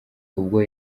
ubwo